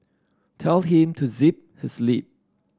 tell him to zip his lip